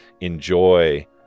enjoy